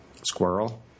squirrel